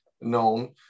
known